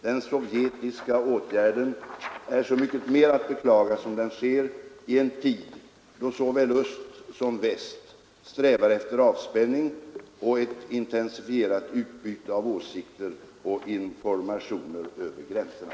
Den sovjetiska åtgärden är så mycket mer att beklaga som den sker i en tid då såväl öst som väst strävar efter avspänning och ett intensifierat utbyte av åsikter och informationer över gränserna.”